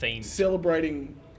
celebrating